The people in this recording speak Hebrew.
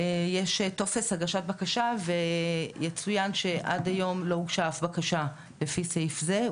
יש טופס הגשת בקשה ויצוין שעד היום לא הוגשה אף בקשה לפי סעיף זה,